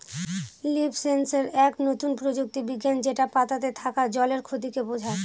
leaf sensor এক নতুন প্রযুক্তি বিজ্ঞান যেটা পাতাতে থাকা জলের ক্ষতিকে বোঝায়